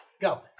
Go